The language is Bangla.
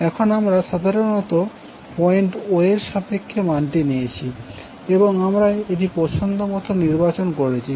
এখন আমরা সাধারণ পয়েন্টে O এর সাপেক্ষে মানটি নিয়েছি এবং আমরা এটি পচ্ছন্দ মতো নির্বাচন করেছি